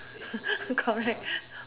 correct